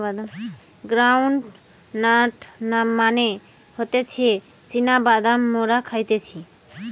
ground nut মানে হতিছে চীনা বাদাম মোরা খাইতেছি